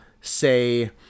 say